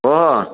हा